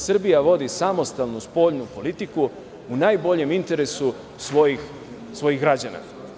Srbija vodi samostalnu spoljnu politiku, u najboljem interesu svojih građana.